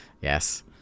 yes